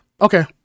okay